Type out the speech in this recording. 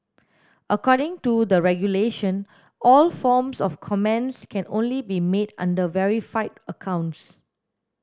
according to the regulation all forms of comments can only be made under verified accounts